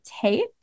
tape